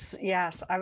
Yes